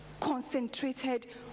concentrated